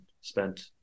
spent